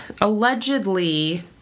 allegedly